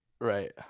Right